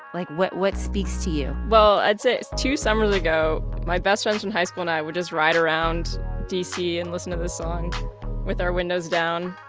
like, what what speaks to you? well, i'd say two summers ago, my best friends from high school and i would just ride around d c. and listen to this song with our windows down,